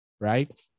right